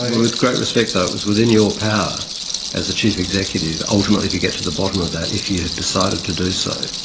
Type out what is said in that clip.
with great respect though, it was within your power as the chief executive ultimately to get to the bottom of that if you had decided to do so.